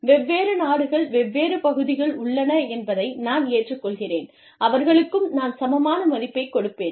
வெவ்வேறு நாடுகள் வெவ்வேறு பகுதிகள் உள்ளன என்பதை நான் ஏற்றுக் கொள்கிறேன் அவர்களுக்கும் நான் சமமான மதிப்பை கொடுப்பேன்